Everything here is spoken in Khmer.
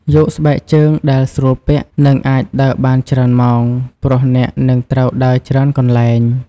យកស្បែកជើងដែលស្រួលពាក់ និងអាចដើរបានច្រើនម៉ោង ព្រោះអ្នកនឹងត្រូវដើរច្រើនកន្លែង។